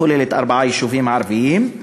כוללת ארבעה יישובים ערביים.